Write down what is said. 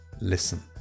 listen